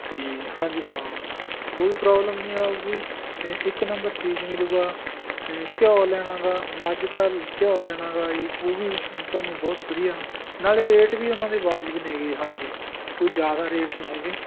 ਅਤੇ ਹਾਂਜੀ ਹਾਂ ਕੋਈ ਪ੍ਰੋਬਲਮ ਨਹੀਂ ਆਊਗੀ ਇੱਕ ਨੰਬਰ ਚੀਜ਼ ਮਿਲੇਗੀ ਘਿਓ ਲੈਣਾ ਗਾ ਮੱਝ ਦਾ ਘਿਓ ਲੈਣਾ ਗਾ ਜੀ ਉਹ ਵੀ ਤੁਹਾਨੂੰ ਬਹੁਤ ਵਧੀਆ ਨਾਲੇ ਰੇਟ ਵੀ ਉਹਨਾਂ ਦੇ ਵਾਜਬ ਨੇ ਗੇ ਹਾਂਜੀ ਕੋਈ ਜ਼ਿਆਦਾ ਰੇਟ ਨਹੀਂ ਹੈਗੇ